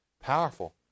powerful